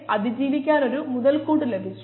ചില വിവരങ്ങൾ നൽകിയിരിക്കുന്നു